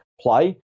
play